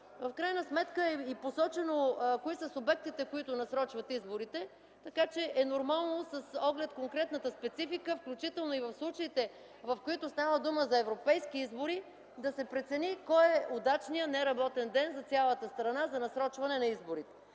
В крайна сметка е посочено кои са субектите, които насрочват изборите, така че е нормално с оглед конкретната специфика, включително и в случаите, в които става дума за европейски избори, да се прецени кой е удачният неработен ден за цялата страна за насрочване на изборите.